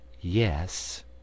Yes